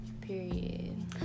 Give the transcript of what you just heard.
Period